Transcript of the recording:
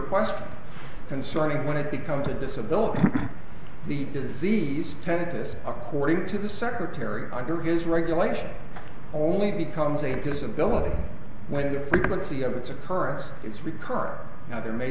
question concerning when it becomes a disability the disease tended to this according to the secretary under his regulation only becomes a disability when the frequency of its occurrence is recurring now there may